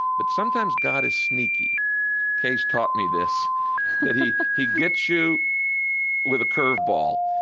but sometimes god is sneaky kay has taught me this that he he gets you with a curve ball.